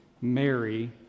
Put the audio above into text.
Mary